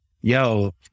yo